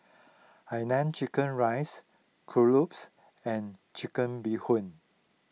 Hainanese Chicken Rice Kuih Lopes and Chicken Bee Hoon